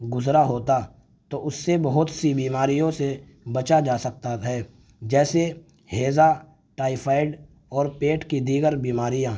گزرا ہوتا تو اس سے بہت سی بیماریوں سے بچا جا سکتا ہے جیسے ہیضہ ٹائیفائڈ اور پیٹ کی دیگر بیماریاں